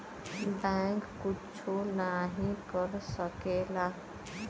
bank कुच्छो नाही कर सकेला